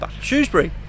Shrewsbury